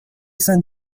saint